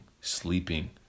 sleeping